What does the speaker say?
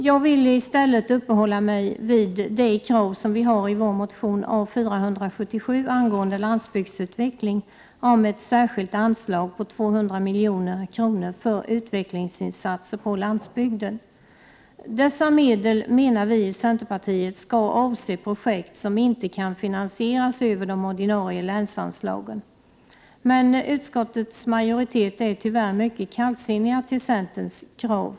Jag villi stället uppehålla mig vid vår motion A477 angående landsbygdsut Prot. 1988/89:110 veckling och det krav vi ställt om ett särskilt anslag på 200 milj.kr. för 9 maj 1989 utvecklingsinsatser på landsbygden. Vi i centerpartiet menar att dessa medel skall avsättas till projekt som inte kan finansieras över de ordinarie länsanslagen. Men utskottets majoritet är tyvärr mycket kallsinnig till centerns krav.